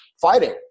fighting